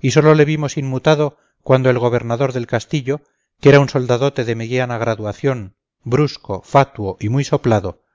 y sólo le vimos inmutado cuando el gobernador del castillo que era un soldadote de mediana graduación brusco fatuo y muy soplado